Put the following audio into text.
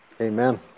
Amen